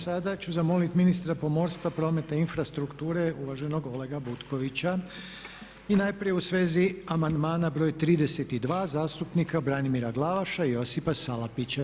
Sada ću zamoliti ministra pomorstva, prometa i infrastrukture uvaženog Olega Butkovića i najprije u svezi amandmana broj 32. zastupnika Branimira Glavaša i Josipa Salapića.